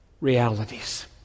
realities